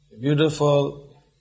beautiful